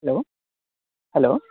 hello hello